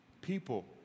people